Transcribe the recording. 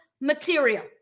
material